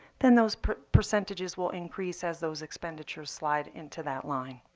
then those percentages will increase as those expenditures slide into that line.